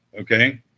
okay